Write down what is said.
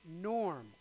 norm